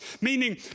meaning